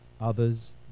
others